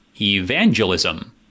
evangelism